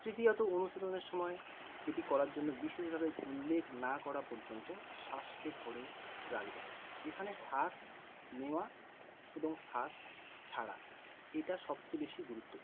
তৃতীয়ত অনুশীলনের সময় এটি করার জন্য বিশেষভাবে উল্লেখ না করা পর্যন্ত শ্বাসকে ধরে রাখবেন এখানে শ্বাস নেওয়া এবং শ্বাস ছাড়া এটা সবচেয়ে বেশি গুরুত্বপূর্ণ